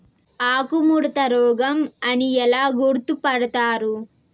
ఆకుముడత రోగం అని ఎలా గుర్తుపడతారు?